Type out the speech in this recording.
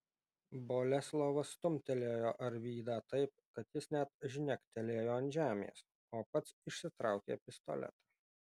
boleslovas stumtelėjo arvydą taip kad jis net žnektelėjo ant žemės o pats išsitraukė pistoletą